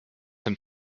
dem